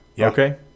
Okay